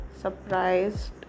surprised